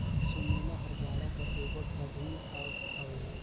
सुमेला हर गाड़ा कर एगोट अभिन अग हवे